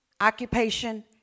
occupation